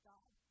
God